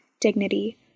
dignity